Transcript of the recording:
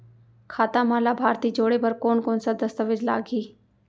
खाता म लाभार्थी जोड़े बर कोन कोन स दस्तावेज लागही?